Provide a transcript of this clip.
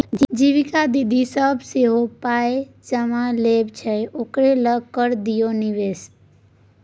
जीविका दीदी सभ सेहो पाय जमा लै छै ओकरे लग करि दियौ निवेश